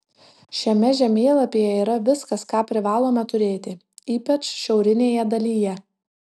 šiame žemėlapyje yra viskas ką privalome turėti ypač šiaurinėje dalyje